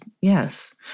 yes